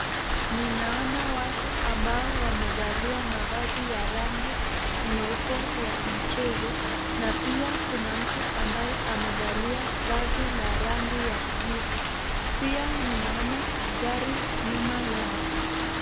Ninaona watu ambao wamevalia mavazi ya rangi nyeupe ya mchezo, na pia kuna mtu ambaye amevalia vazi la rangi ya jivu. Pia ninaona gari nyuma yao.